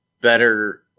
better